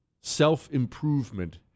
self-improvement